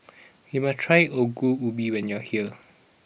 you must try Ongol Ubi when you are here